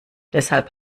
deshalb